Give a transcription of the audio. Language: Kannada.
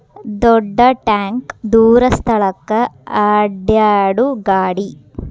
ದೊಡ್ಡ ಟ್ಯಾಂಕ ದೂರ ಸ್ಥಳಕ್ಕ ಅಡ್ಯಾಡು ಗಾಡಿ